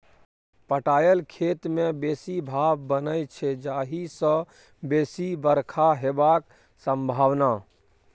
पटाएल खेत मे बेसी भाफ बनै छै जाहि सँ बेसी बरखा हेबाक संभाबना